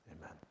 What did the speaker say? Amen